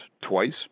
twice